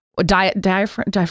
diaphragm